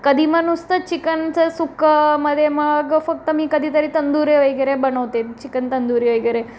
कधी म नुसतं चिकनचं सुक्क्यामध्ये मग फक्त मी कधीतरी तंदुरी वगैरे बनवते चिकन तंदुरी वेगैरे